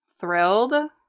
thrilled